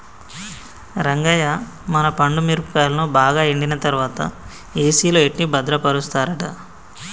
రంగయ్య మన పండు మిరపకాయలను బాగా ఎండిన తర్వాత ఏసిలో ఎట్టి భద్రపరుస్తారట